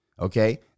okay